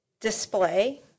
Display